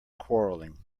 quarrelling